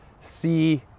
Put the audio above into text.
see